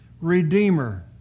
Redeemer